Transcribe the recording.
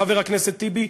חבר הכנסת טיבי,